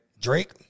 Drake